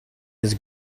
his